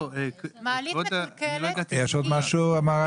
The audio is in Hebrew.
מר אייזן, יש עוד משהו?